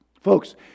Folks